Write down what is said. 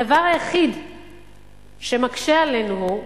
הדבר היחיד שמקשה עלינו הוא